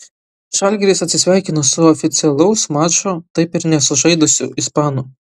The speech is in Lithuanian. žalgiris atsisveikino su oficialaus mačo taip ir nesužaidusiu ispanu